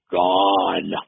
gone